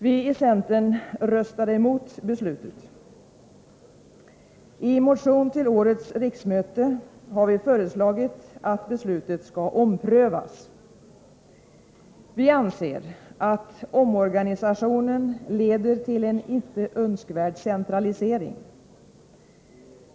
r centern röstade emot beslutet. I en motion till årets riksmöte har vi föreslagit att beslutet skall omprövas. Vi anser att omorganisationen leder till en inte önskvärd centralisering.